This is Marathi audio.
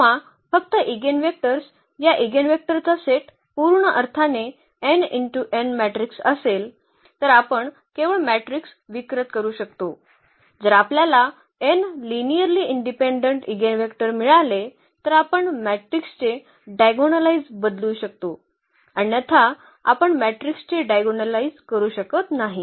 जेव्हा फक्त इगेनवेक्टर्स या इगेनवेक्टरचा सेट पूर्ण अर्थाने मॅट्रिक्स असेल तर आपण केवळ मॅट्रिक्स विकृत करू शकतो जर आपल्याला n लिनिअर्ली इंडिपेंडंट इगेनवेक्टर मिळाले तर आपण मॅट्रिक्सचे डायगोनलायइझ बदलू शकतो अन्यथा आपण मॅट्रिक्सचे डायगोनलायइझ करू शकत नाही